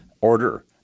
order